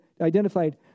identified